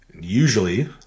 Usually